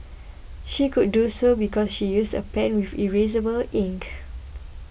she could do so because she used a pen with erasable ink